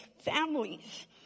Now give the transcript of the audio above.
families